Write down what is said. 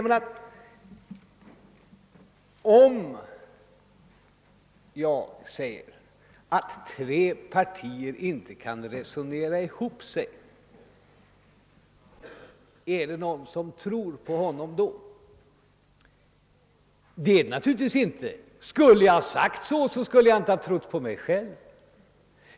Jag hälsar er välkomna. kan resonera ihop sig, är det då någon som tror på honom? Det är det naturligtvis inte. Skulle jag ha sagt så, skulle jag inte ha trott på mig själv.